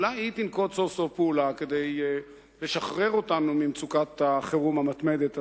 תנקוט סוף סוף פעולה כדי לשחרר אותנו ממצוקת החירום המתמדת הזאת.